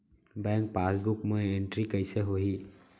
Bank passbook मा entry कइसे होही?